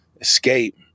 escape